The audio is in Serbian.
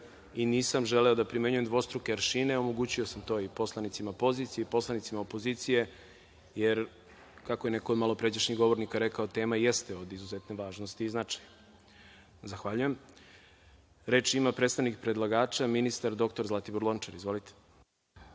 I nisam želeo da primenjujem dvostruke aršine, omogućio sam to i poslanicima pozicije i poslanicima opozicije, jer, kako je neko od malopređašnjih govornika rekao, tema jeste od izuzetne važnosti i značaja. Zahvaljujem. Reč ima predstavnik predlagača, ministar dr Zlatibor Lončar. Izvolite.